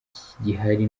kigihari